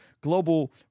global